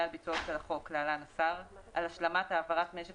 על ביצועו של החוק (להלן: השר) על השלמת העברת משק